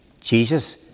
Jesus